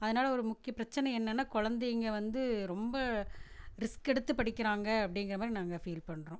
அதனால ஒரு முக்கிய பிரச்சினை என்னென்னால் கொழந்தைங்க வந்து ரொம்ப ரிஸ்க் எடுத்து படிக்கிறாங்க அப்படிங்கிற மாதிரி நாங்கள் ஃபீல் பண்ணுறோம்